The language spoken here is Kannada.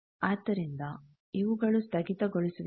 ಆದ್ದರಿಂದ ಇವುಗಳು ಸ್ಥಗಿತಗೊಳಿಸುವಿಕೆಗಳು